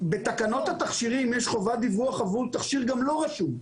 בתקנות התכשירים יש חובת דיווח עבור תכשיר גם לא רשום.